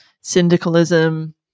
syndicalism